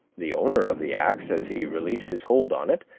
the owner of the axe, as he released his hold on it,